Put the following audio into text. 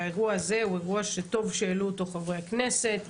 והאירוע הזה הוא אירוע שטוב שהעלו אותו חברי הכנסת.